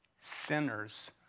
Sinners